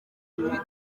muri